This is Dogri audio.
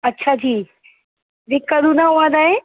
अच्छा जी ते कदूं दा होआ दा एह्